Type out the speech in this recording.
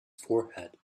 forehead